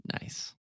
Nice